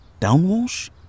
Downwash